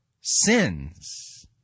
sins